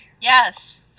Yes